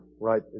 right